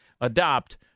adopt